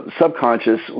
subconscious